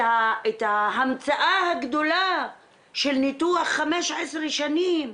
את ההמצאה הגדולה של ניתוח 15 שנים,